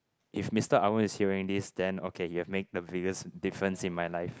if Mister Arun is hearing this then okay you have made the biggest difference in my life